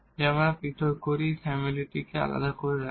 যা আমরা পৃথক করি এই ফ্যামিলিকে আলাদা করে রাখি